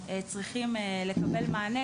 צריך לקבל מענה,